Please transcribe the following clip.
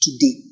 today